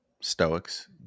stoics